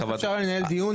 איך אפשר לנהל דיון?